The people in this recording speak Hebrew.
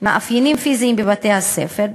מאפיינים פיזיים בבתי-הספר,